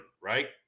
right